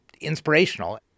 inspirational